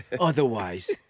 Otherwise